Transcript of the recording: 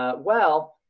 ah well.